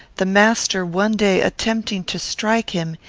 the master one day attempting to strike him,